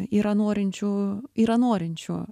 yra norinčių yra norinčių